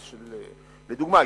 לדוגמה,